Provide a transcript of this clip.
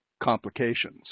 complications